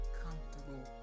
comfortable